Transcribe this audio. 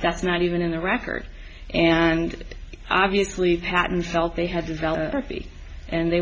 that's not even in the records and obviously hadn't felt they had developed r c and they